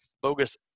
bogus